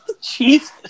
Jesus